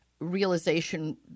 realization